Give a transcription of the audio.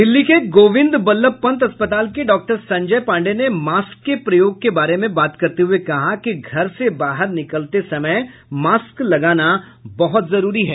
दिल्ली के गोविंद बल्लभ पंत अस्पताल के डॉसंजय पांडे ने मास्क के प्रयोग के बारे में बात करते हुए कहा कि घर से बाहर निकलते समय मास्क लगाना बहुत जरूरी है